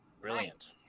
brilliant